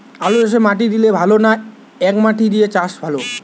আলুচাষে মাটি দিলে ভালো না একমাটি দিয়ে চাষ ভালো?